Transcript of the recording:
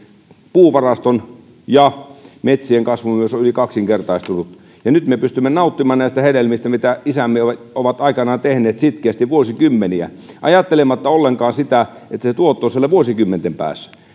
puuvaraston ja metsien kasvu on yli kaksinkertaistunut nyt me pystymme nauttimaan näistä hedelmistä mitä isämme ovat aikoinaan tehneet sitkeästi vuosikymmeniä ajattelematta ollenkaan sitä että se tuotto on siellä vuosikymmenten päässä